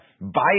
buy